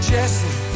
Jesse